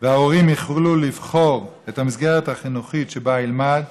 וההורים יוכלו לבחור את המסגרת החינוכית שבה ילמד,